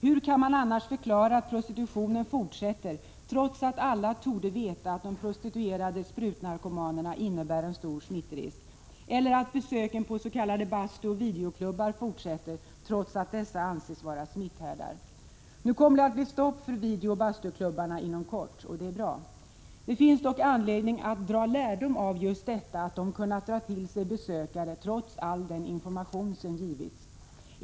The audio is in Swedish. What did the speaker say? Hur kan man annars förklara att prostitutionen fortsätter, trots att alla torde veta att de prostituerade sprutnarkomanerna innebär en stor smittrisk, eller att besöken på s.k. bastuoch videoklubbar fortsätter trots att dessa anses vara smitthärdar? Nu kommer det att bli stopp för bastuoch videoklubbar inom kort, och det är bra. Det finns dock anledning att dra lärdom av att de kunnat dra till sig besökare trots all den information som givits.